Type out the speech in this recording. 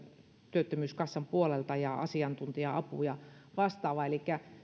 työttömyyskassan puolelta ja asiantuntija apu ja vastaava elikkä